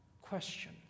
question